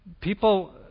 people